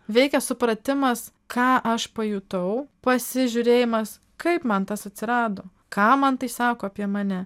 veikia supratimas ką aš pajutau pasižiūrėjimas kaip man tas atsirado ką man tai sako apie mane